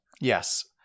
Yes